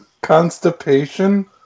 Constipation